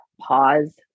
pause